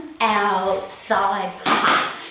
outside